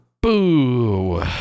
Boo